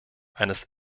eines